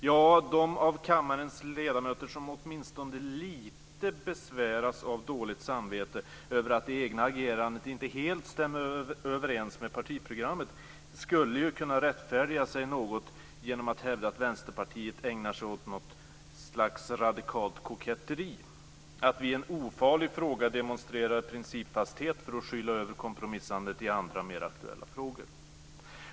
Ja, de av kammarens ledamöter som åtminstone lite besväras av dåligt samvete över att det egna agerandet inte helt stämmer överens med partiprogrammet skulle kunna rättfärdiga sig något genom att hävda att Vänsterpartiet ägnar sig åt något slags radikalt koketteri, att vi i en ofarlig fråga demonstrerar principfasthet för att skyla över kompromissandet i andra mer aktuella frågor.